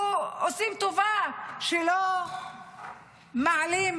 עושים טובה שלא מעלים,